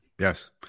Yes